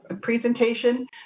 presentation